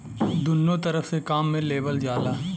दुन्नो तरफ से काम मे लेवल जाला